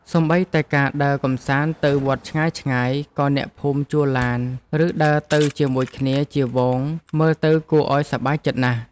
សូម្បីតែការដើរកម្សាន្តទៅវត្តឆ្ងាយៗ ក៏អ្នកភូមិជួលឡាន ឬដើរទៅជាមួយគ្នាជាហ្វូងមើលទៅគួរឱ្យសប្បាយចិត្តណាស់។